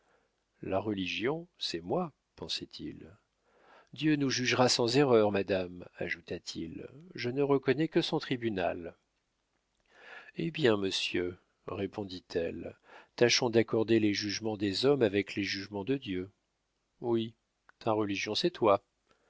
la religion c'est moi pensait-il dieu nous jugera sans erreur madame ajouta-t-il je ne reconnais que son tribunal hé bien monsieur répondit-elle tâchons d'accorder les jugements des hommes avec les jugements de dieu oui la religion c'est toi